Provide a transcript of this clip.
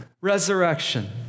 resurrection